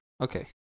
Okay